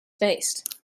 faced